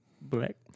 Black